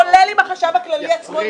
כולל עם החשב הכללי עצמו.